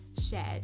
shared